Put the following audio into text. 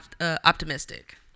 optimistic